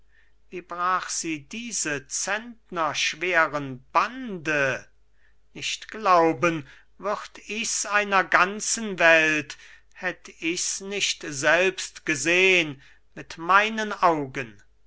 wie brach sie diese zentnerschweren bande nicht glauben würd ichs einer ganzen welt hätt ichs nicht selbst gesehn mit meinen augen